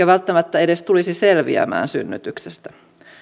välttämättä edes tulisi selviämään synnytyksestä